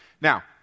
Now